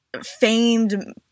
famed